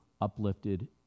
uplifted